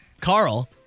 Carl